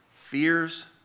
fears